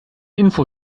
info